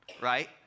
right